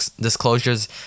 disclosures